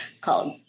called